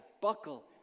buckle